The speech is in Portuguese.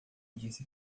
disse